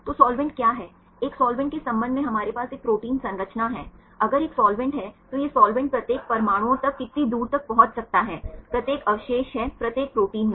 तो साल्वेंट क्या है एक साल्वेंट के संबंध में हमारे पास एक प्रोटीन संरचना है अगर एक साल्वेंट है तो यह साल्वेंट प्रत्येक परमाणुओं तक कितनी दूर तक पहुंच सकता हैप्रत्येक अवशेष हैं प्रत्येक प्रोटीन में